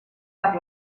per